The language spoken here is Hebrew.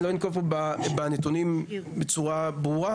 אני לא אנקוב פה בנתונים בצורה ברורה,